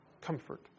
comfort